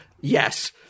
yes